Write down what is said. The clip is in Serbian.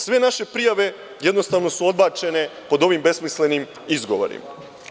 Sve naše prijave jednostavno su odbačene pod ovim besmislenim izgovorom.